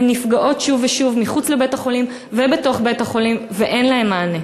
הן נפגעות שוב ושוב מחוץ לבית-החולים ובתוך בית-החולים ואין להן מענה.